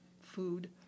food